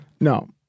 No